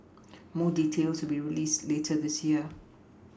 more details will be released later this year